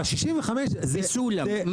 וסולם.